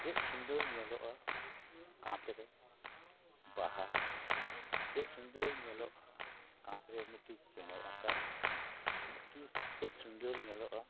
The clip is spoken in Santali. ᱪᱮᱫ ᱪᱮᱦᱮᱨᱟ ᱧᱮᱞᱚᱜᱼᱟ ᱠᱟᱸᱛ ᱨᱮ ᱵᱟᱦᱟ ᱪᱮᱫ ᱪᱮᱦᱮᱨᱟ ᱧᱮᱞᱚᱜᱼᱟ ᱠᱟᱸᱛ ᱨᱮ ᱢᱤᱫᱴᱤᱱ ᱪᱮᱬᱮ ᱟᱸᱠᱟᱣ ᱢᱤᱫᱴᱤᱱ ᱪᱮᱫ ᱪᱮᱦᱮᱨᱟ ᱧᱮᱞᱚᱜᱼᱟ